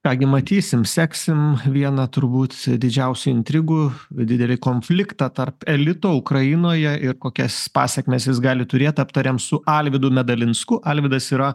ką gi matysim seksim vieną turbūt didžiausių intrigų didelį konfliktą tarp elito ukrainoje ir kokias pasekmes jis gali turėt aptarėm su alvydu medalinsku alvydas yra